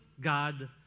God